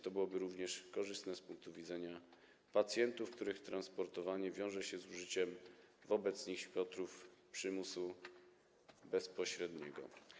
To byłoby również korzystne z punktu widzenia pacjentów, których transportowanie wiąże się z użyciem wobec nich środków przymusu bezpośredniego.